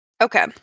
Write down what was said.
Okay